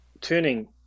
tuning